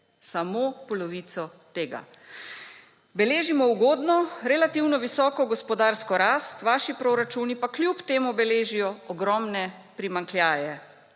Samo polovico tega! Beležimo ugodno, relativno visoko gospodarsko rast, vaši proračuni pa kljub temu beležijo ogromne primanjkljaje.